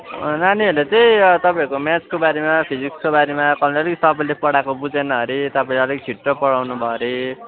नानीहरूले चाहिँ तपाईँको म्याथ्सको बारेमा फिजिक्सको बारेमा कोहीले नि तपाईँले पढाएको बुझेन अरे तपाईँ अलिक छिटो पढाउनु भयो अरे